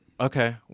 Okay